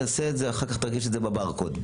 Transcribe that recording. ואחר כך תרגיש את זה בברקוד,